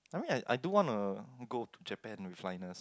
I mean I I do wanna go to Japan with Linus